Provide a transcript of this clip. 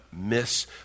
miss